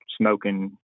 smoking